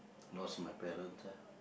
lost my parents ah